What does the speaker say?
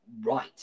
right